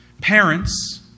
Parents